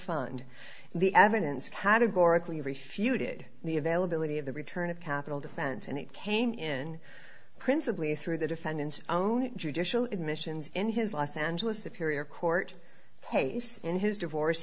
fund the evidence categorically refuted the availability of the return of capital defense and it came in principally through the defendant's own judicial admissions in his los angeles superior court case in his divorce